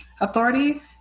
authority